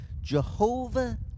Jehovah